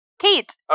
Kate